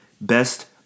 Best